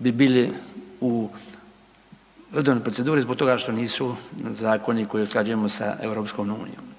bi bili u redovnoj proceduri zbog toga što nisu zakoni koje usklađujemo sa Europskom unijom.